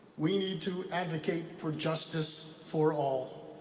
we need to advocate for justice for all.